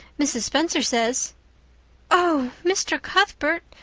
mrs. spencer says oh, mr. cuthbert!